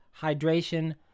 hydration